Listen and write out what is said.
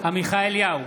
עמיחי אליהו,